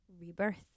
rebirth